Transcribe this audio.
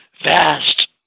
Vast